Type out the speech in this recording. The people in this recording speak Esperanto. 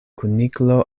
kuniklo